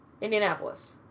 Indianapolis